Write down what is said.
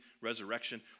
resurrection